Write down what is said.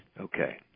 Okay